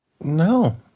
No